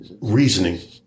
reasoning